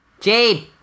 Jade